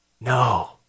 No